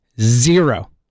Zero